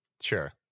Sure